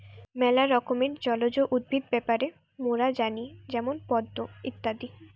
ম্যালা রকমের জলজ উদ্ভিদ ব্যাপারে মোরা জানি যেমন পদ্ম ইত্যাদি